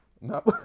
No